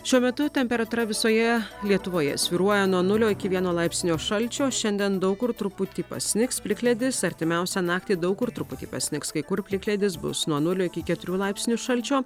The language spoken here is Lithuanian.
šiuo metu temperatūra visoje lietuvoje svyruoja nuo nulio iki vieno laipsnio šalčio šiandien daug kur truputį pasnigs plikledis artimiausią naktį daug kur truputį pasnigs kai kur plikledis bus nuo nulio iki keturių laipsnių šalčio